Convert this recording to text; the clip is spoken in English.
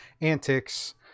antics